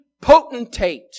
potentate